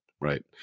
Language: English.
right